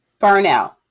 Burnout